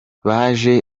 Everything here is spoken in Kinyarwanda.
baje